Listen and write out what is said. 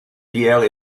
pierre